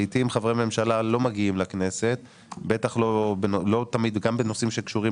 לעתים חברי ממשלה לא מגיעים לכנסת גם בנושאים שקשורים